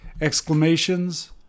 Exclamations